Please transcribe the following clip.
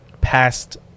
past